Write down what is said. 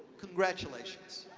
congratulations.